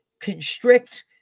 constrict